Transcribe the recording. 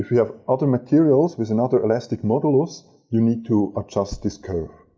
have other materials, there's another elastic modules. you need to adjust this curve.